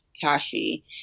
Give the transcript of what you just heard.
Tashi